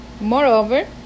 Moreover